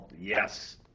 Yes